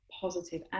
positive